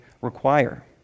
require